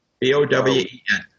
B-O-W-E-N